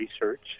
research